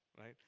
right